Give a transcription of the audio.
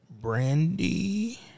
Brandy